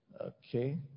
Okay